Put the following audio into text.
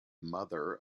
mother